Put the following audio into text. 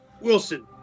Wilson